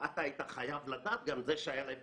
אם תהיה בדיקה מסודרת, הוא יהיה הראשון.